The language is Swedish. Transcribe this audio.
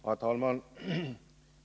Herr talman!